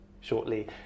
shortly